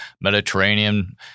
Mediterranean